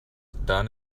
done